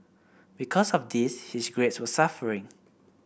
because of this his grades were suffering